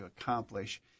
accomplish